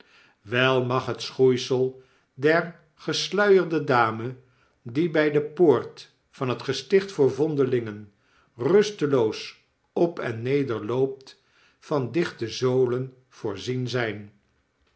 wei mag het schoeisel der gesluierde dame die by de poort van het gesticht voor vondelingen rusteloos op enneder loopt van dichte zolen voorzien zijn